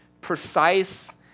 precise